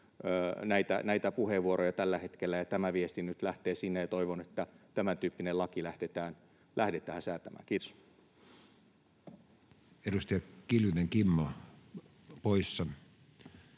näitä puheenvuoroja tällä hetkellä ja tämä viesti nyt lähtee sinne, ja toivon, että tämäntyyppistä lakia lähdetään säätämään. — Kiitos. Mikrofoni. Edustaja Kiljunen, Kimmo, poissa,